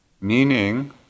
Meaning